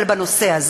אם לא,